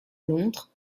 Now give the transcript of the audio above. londres